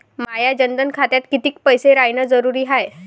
माया जनधन खात्यात कितीक पैसे रायन जरुरी हाय?